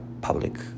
public